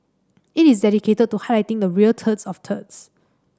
it is dedicated to highlighting the real turds of turds